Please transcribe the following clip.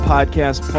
Podcast